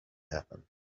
happen